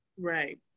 right